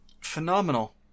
Phenomenal